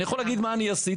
אני יכול להגיד מה אני עשיתי.